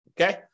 Okay